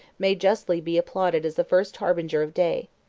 may justly be applauded as the first harbinger of day.